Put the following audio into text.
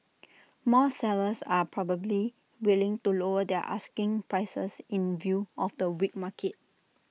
more sellers are probably willing to lower their asking prices in view of the weak market